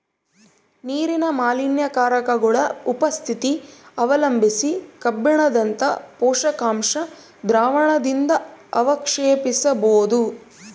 ನೀರಿನ ಮಾಲಿನ್ಯಕಾರಕಗುಳ ಉಪಸ್ಥಿತಿ ಅವಲಂಬಿಸಿ ಕಬ್ಬಿಣದಂತ ಪೋಷಕಾಂಶ ದ್ರಾವಣದಿಂದಅವಕ್ಷೇಪಿಸಬೋದು